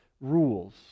rules